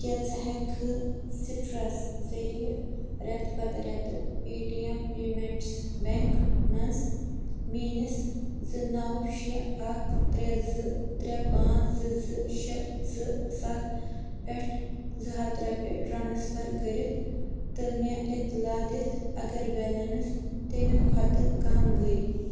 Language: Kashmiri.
کیٛاہ ژٕ ہٮ۪ککھٕ سِٹرس ذٔریعہِ رٮ۪تہٕ پتہٕ رٮ۪تہٕ Paytm payments bank منٛز میٛٲنِس زٕ نو شیٚے اکھ ترٛےٚ زٕ ترٛےٚ پانٛژھ زٕ زٕ شیٚے زٕ سَتھ پٮ۪ٹھ زٕ ہٮ۪تھ رۄپیہِ ٹرٛانٕسفر کٔرِتھ تہٕ مےٚ اِطلاع دِتھ اگر بیلینس تَمہِ کھۄتہٕ کم گٔے